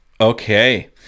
Okay